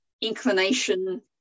inclination